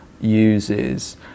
uses